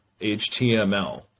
HTML